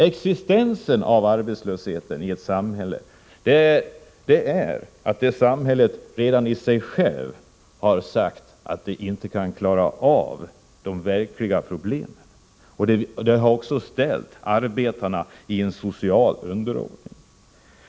Existensen av arbetslöshet i ett samhälle innebär att samhället har sagt att man inte klarar av de verkliga problemen. Detta har ställt arbetarna i en socialt underordnad roll.